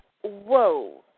Whoa